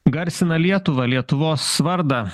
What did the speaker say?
garsina lietuvą lietuvos vardą